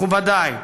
מכובדיי,